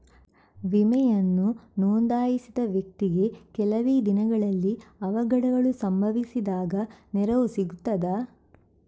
ವಿಮೆಯನ್ನು ನೋಂದಾಯಿಸಿದ ವ್ಯಕ್ತಿಗೆ ಕೆಲವೆ ದಿನಗಳಲ್ಲಿ ಅವಘಡಗಳು ಸಂಭವಿಸಿದಾಗ ನೆರವು ಸಿಗ್ತದ?